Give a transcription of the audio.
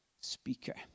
speaker